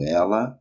ela